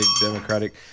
Democratic